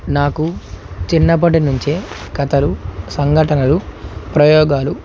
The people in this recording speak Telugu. నాకు చిన్నప్పటినుంచే కథలు సంఘటనలు ప్రయోగాలు